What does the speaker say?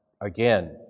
again